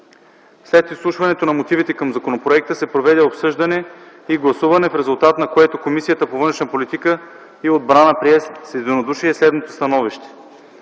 След изслушването на мотивите към законопроекта се проведе обсъждане и гласуване, в резултат на което Комисията по външна политика и отбрана прие с единодушие следното становище: